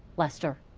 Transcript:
lester?